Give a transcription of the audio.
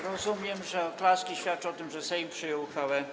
Rozumiem, że oklaski świadczą o tym, że Sejm podjął uchwałę